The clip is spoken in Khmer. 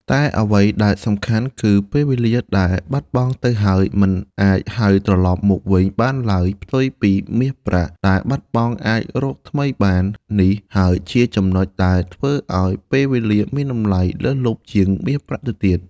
តែអ្វីដែលសំខាន់គឺ ពេលវេលាដែលបាត់បង់ទៅហើយ មិនអាចហៅត្រឡប់មកវិញបានឡើយ ផ្ទុយពីមាសប្រាក់ដែលបាត់បង់អាចរកថ្មីបាន នេះហើយជាចំណុចដែលធ្វើឲ្យពេលវេលាមានតម្លៃលើសលប់ជាងមាសប្រាក់ទៅទៀត។